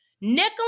nickel